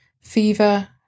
fever